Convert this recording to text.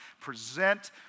present